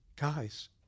guys